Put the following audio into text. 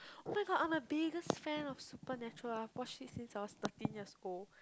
where got other biggest fans of supernatural I watch it since I was thirteen years old